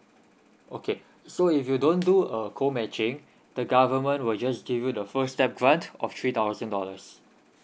okay so if you don't do a co matching the government will just give you the first step grant of three thousand dollars